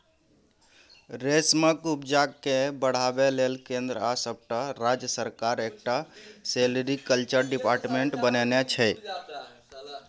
रेशमक उपजा केँ बढ़ाबै लेल केंद्र आ सबटा राज्य सरकार एकटा सेरीकल्चर डिपार्टमेंट बनेने छै